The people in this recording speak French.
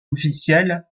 officiel